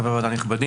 חברי הוועדה הנכבדה,